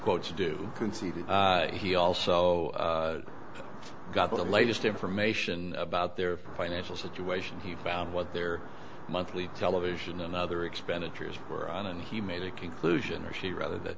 conceded he also got the latest information about their financial situation he found what their monthly television and other expenditures were on and he made a conclusion or she rather that